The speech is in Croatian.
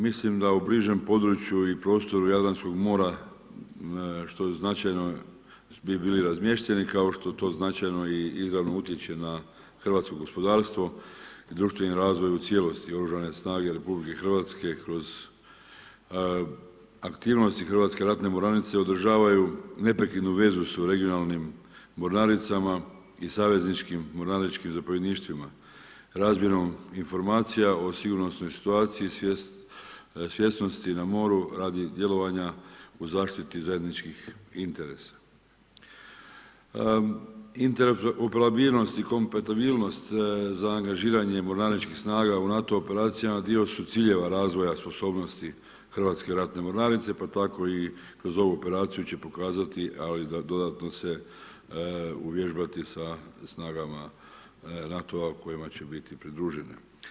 Mislim da u bližem području i prostoru Jadranskog mora, što značajno bi bili razmješteni, kao što to značajno i izravno utječe na hrvatsko gospodarstvo, društveni razvoj u cijelosti oružane snage RH kroz aktivnosti hrvatske ratne mornarice, održavaju neprekidnu vezu sa regionalnim mornaricama i savezničkim …/Govornik se ne razumije. zapovjedništvima, razmjenom informacija o sigurnosnoj situaciji svjesnosti na moru radi djelovanja u zaštiti zajedničkih interesa. ... kompatibilnost za angažiranje mornaričkih snaga u NATO operacijama dio su ciljeva razvoja sposobnosti HRM-a, pa tako i kroz ovu operaciju će pokazati, ali da dodatno se uvježbati sa snagama NATO-a kojima će biti pridružene.